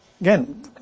Again